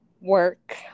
work